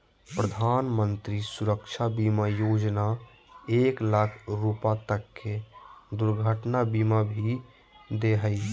प्रधानमंत्री सुरक्षा बीमा योजना एक लाख रुपा तक के दुर्घटना बीमा भी दे हइ